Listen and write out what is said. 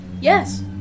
Yes